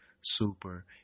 Super